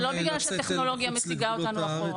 זה לא בגלל שהטכנולוגיה משיגה אותנו אחורה.